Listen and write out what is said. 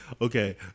Okay